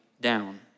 down